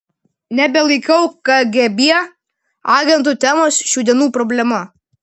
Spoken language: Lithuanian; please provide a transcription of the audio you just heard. nebelaikau kgb agentų temos šių dienų problema